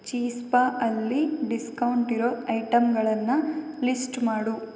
ಚಿಜ್ಪಾ ಅಲ್ಲಿ ಡಿಸ್ಕೌಂಟಿರೋ ಐಟಮ್ಗಳನ್ನು ಲಿಸ್ಟ್ ಮಾಡು